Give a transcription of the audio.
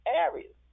areas